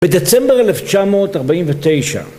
בדצמבר 1949